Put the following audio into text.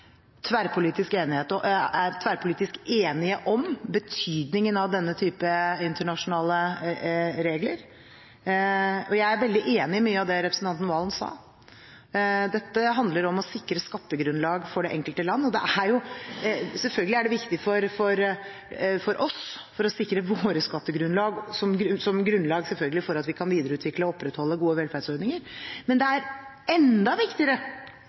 tverrpolitisk enige om betydningen av denne type internasjonale regler. Jeg er veldig enig i mye av det representanten Serigstad Valen sa. Dette handler om å sikre skattegrunnlaget for det enkelte land. Det er selvfølgelig viktig for oss for å sikre vårt skattegrunnlag som grunnlag for å videreutvikle og opprettholde gode velferdsordninger, men det er enda viktigere